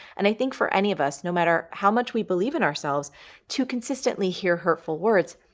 and i think for any of us, no matter how much we believe in ourselves to consistently hear hurtful words,